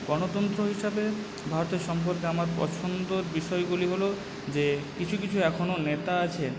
গণতন্ত্র হিসাবে ভারতের সম্পর্কে আমার পছন্দর বিষয়গুলি হল যে কিছু কিছু এখনও নেতা আছেন